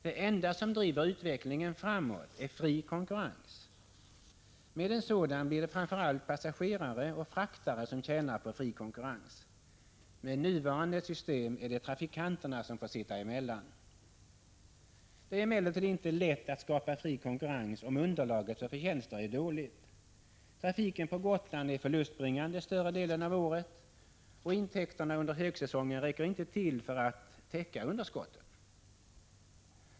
Det enda som driver utvecklingen framåt är fri konkurrens. Med en sådan blir det framför allt passagerare och fraktare som tjänar på fri konkurrens — med nuvarande system är det trafikanterna som får sitta emellan. Det är emellertid inte lätt att skapa fri konkurrens om underlaget för förtjänster är dåligt. Trafiken på Gotland är förlustbringande större delen av 125 året, och intäkterna under högsäsongen räcker inte till för att täcka underskotten.